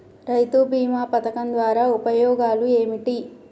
రైతు బీమా పథకం ద్వారా ఉపయోగాలు ఏమిటి?